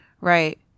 right